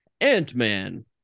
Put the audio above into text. Ant-Man